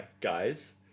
guys